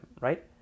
right